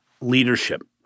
leadership